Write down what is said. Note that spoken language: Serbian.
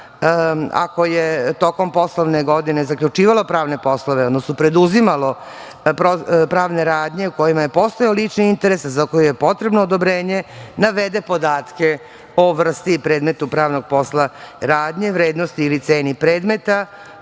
ako je tokom poslovne godine zaključivala pravne poslove, odnosno preduzimalo pravne radnje u kojima je postojao lični interes, za koju je potrebno odobrenje navede podatke o vrsti i predmetu pravnog posla, radnje, vrednosti ili ceni predmeta